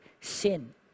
sin